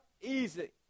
easy